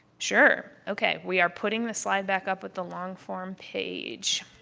sure. okay, we are putting the slide back up with the long-form page.